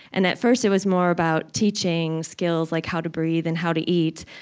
and at first, it was more about teaching skills, like how to breathe, and how to eat,